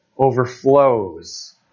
overflows